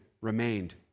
remained